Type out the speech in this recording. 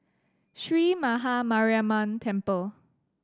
Sree Maha Mariamman Temple